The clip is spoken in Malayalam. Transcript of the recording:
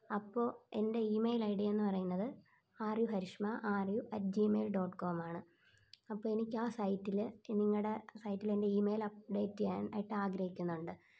അപ്പോൾ എൻ്റെ ഇമെയിൽ ഐ ഡി എന്ന് പറയുന്നത് R U Harishma R U at Gmail dot com ആണ് അപ്പം എനിക്കാ സൈറ്റിൽ നിങ്ങളുടെ സൈറ്റിൽ എൻ്റെ ഇമെയിൽ അപ്പ്ഡേറ്റ് ചെയ്യാനായിട്ട് ആഗ്രഹിക്കുന്നുണ്ട്